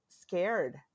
scared